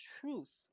truth